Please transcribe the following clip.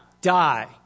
die